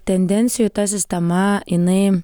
tendencijų ta sistema jinai